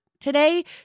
today